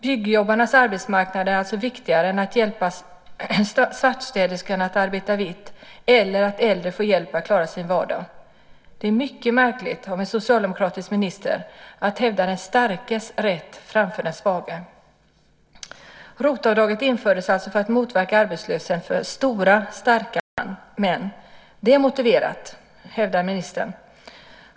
Byggjobbarnas arbetsmarknad är alltså viktigare än att hjälpa svartstäderskorna att arbeta vitt eller att äldre får hjälp med att klara sin vardag. Det är mycket märkligt av en socialdemokratisk minister att hävda den starkes rätt framför den svages. ROT-avdraget infördes alltså för att motverka arbetslöshet för stora starka män. Det är motiverat, hävdar ministern.